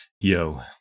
Yo